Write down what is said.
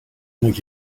moet